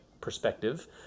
perspective